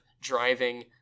driving